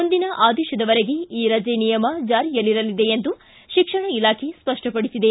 ಮುಂದಿನ ಆದೇತದವರೆಗೆ ಈ ರಜೆ ನಿಯಮ ಜಾರಿಯಲ್ಲಿರಲಿದೆ ಎಂದು ಶಿಕ್ಷಣ ಇಲಾಖೆ ಸ್ವಪ್ಪಡಿಸಿದೆ